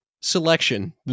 selection